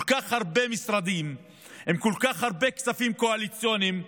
כל כך הרבה משרדים עם כל כך הרבה כספים קואליציוניים,